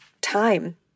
time